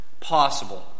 possible